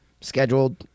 scheduled